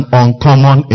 uncommon